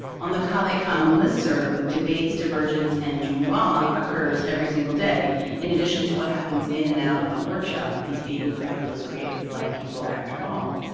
on the cave canem list serve debates, divergence, and drama occurs every single day in addition to what happens in and, out of workshop, these being fabulous, creative black people after all.